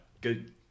Good